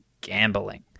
gambling